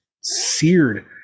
seared